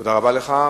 תודה רבה לך.